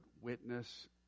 witness